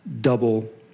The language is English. double